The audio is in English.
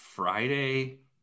Friday